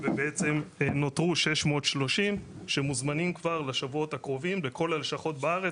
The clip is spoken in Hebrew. ובעצם נותרו כ-630 אנשים שמוזמנים כבר לשבועות הקרובים בכל הלשכות בארץ,